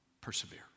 persevere